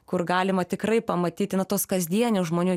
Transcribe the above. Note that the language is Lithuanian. kur galima tikrai pamatyti nu tuos kasdienius žmonių